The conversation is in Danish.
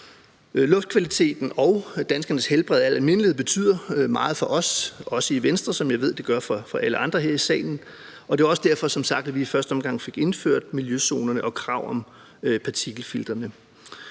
Luftkvaliteten og danskernes helbred i al almindelighed betyder meget for os i Venstre, ligesom jeg også ved, at det gør det for alle andre her i salen, og det var som sagt også derfor, at vi i første omgang fik indført miljøzonerne og kravet om partikelfiltrene.